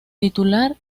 titular